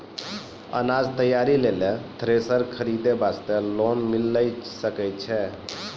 अनाज तैयारी लेल थ्रेसर खरीदे वास्ते लोन मिले सकय छै?